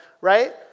right